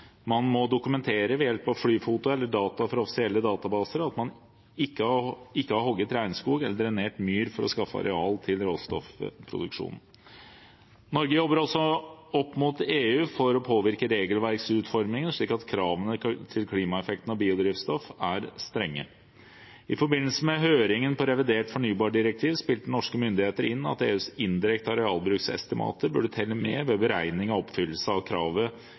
Man må dokumentere ved hjelp av flyfoto eller data fra offisielle databaser at man ikke har hugget regnskog eller drenert myr for å skaffe areal til råstoffproduksjonen. Norge jobber også opp mot EU for å påvirke regelverksutformingen slik at kravene til klimaeffekten av biodrivstoff er strenge. I forbindelse med høringen om revidert fornybardirektiv spilte norske myndigheter inn at EUs indirekte arealbruksestimater burde telle med ved beregning av oppfyllelse av kravet